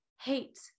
hate